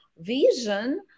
vision